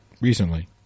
recently